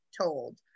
told